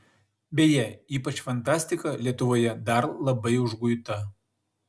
beje ypač fantastika lietuvoje dar labai užguita